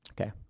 Okay